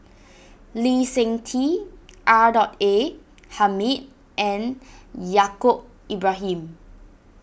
Lee Seng Tee R Dot A Hamid and Yaacob Ibrahim